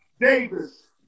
Davis